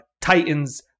Titans